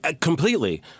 completely